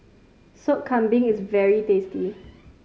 Sop Kambing is very tasty